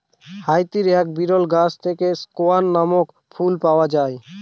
হাইতির এক বিরল গাছ থেকে স্কোয়ান নামক ফুল পাওয়া যায়